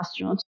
astronauts